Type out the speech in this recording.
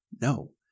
No